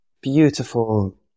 beautiful